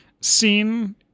scene